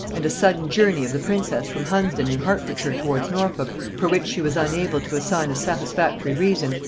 and a sudden journey of the princess from hunsdon in hertfordshire towards norfolk, for which she was unable to assign a satisfactory reason,